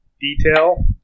detail